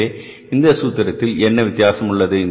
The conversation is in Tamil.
எனவே இந்த சூத்திரத்தில் என்ன வித்தியாசம் உள்ளது